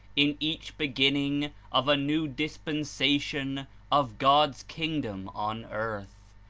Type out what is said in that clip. in each beginning of a new dispensation of god's kingdom on earth,